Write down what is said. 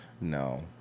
no